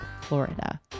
Florida